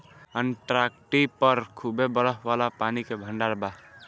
Antarctic पर खूबे बरफ वाला पानी के भंडार बा